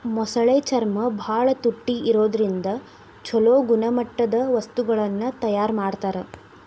ಮೊಸಳೆ ಚರ್ಮ ಬಾಳ ತುಟ್ಟಿ ಇರೋದ್ರಿಂದ ಚೊಲೋ ಗುಣಮಟ್ಟದ ವಸ್ತುಗಳನ್ನ ತಯಾರ್ ಮಾಡ್ತಾರ